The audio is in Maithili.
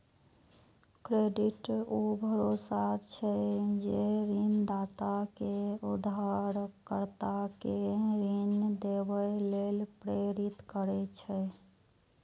क्रेडिट ऊ भरोसा छियै, जे ऋणदाता कें उधारकर्ता कें ऋण देबय लेल प्रेरित करै छै